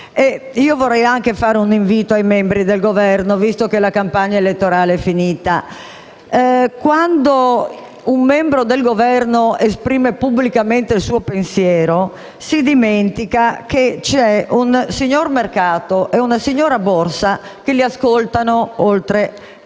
Vorrei anche fare un invito ai membri del Governo, visto che la campagna elettorale è finita. Quando un membro del Governo esprime pubblicamente il suo pensiero, dimentica che ci sono un "signor mercato" e una "signora borsa", oltre agli